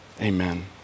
Amen